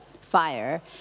fire